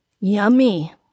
Yummy